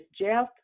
Jeff